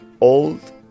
old